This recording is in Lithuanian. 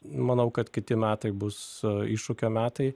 manau kad kiti metai bus iššūkio metai